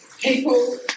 people